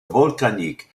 volcaniques